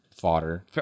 fodder